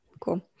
Cool